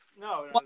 No